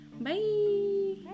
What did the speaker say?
Bye